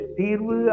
tiru